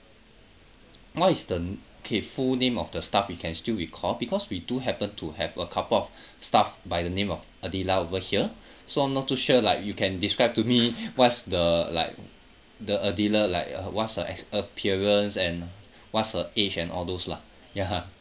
what is the K full name of the staff you can still recall because we do happen to have a couple of staff by the name of adilah over here so I'm not too sure like you can describe to me what's the like the adilah like what's her a~ appearance and what's her age and all those lah ya